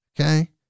Okay